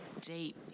deep